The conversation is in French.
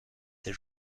ses